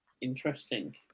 interesting